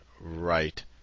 right